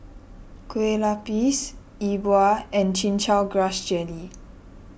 Kue Lupis Yi Bua and Chin Chow Grass Jelly